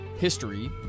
history